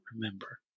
remember